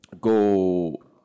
go